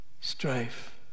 strife